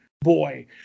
boy